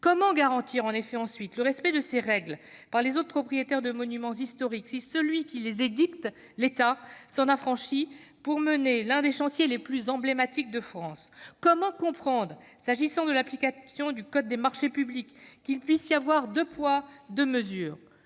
Comment garantir ensuite le respect de ces règles par les autres propriétaires de monuments historiques si celui qui les édicte, l'État, s'en affranchit pour mener l'un des chantiers les plus emblématiques de France ? Comment comprendre, s'agissant de l'application du code des marchés publics, qu'il puisse y avoir deux poids deux mesures ?